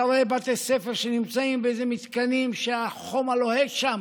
אתה רואה בתי ספר שנמצאים באיזה מתקנים שהחום הלוהט שם